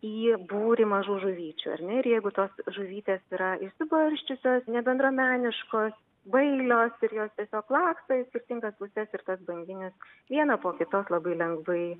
į būrį mažų žuvyčių ar ne ir jeigu tos žuvytės yra išsibarsčiusios ne bendruomeniškos bailios ir jos tiesiog labai skirtingas puses ir tas banginis vieną po kitos labai lengvai